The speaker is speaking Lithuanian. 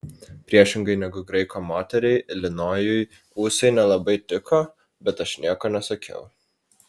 priešingai negu graiko moteriai ilinojui ūsai nelabai tiko bet aš nieko nesakiau